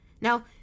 now